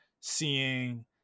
seeing